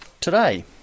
today